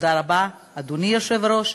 אדוני היושב-ראש.